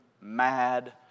mad